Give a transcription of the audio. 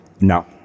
No